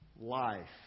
life